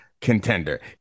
contender